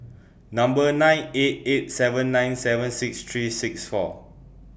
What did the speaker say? Number nine eight eight seven nine seven six three six four